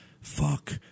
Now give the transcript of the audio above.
Fuck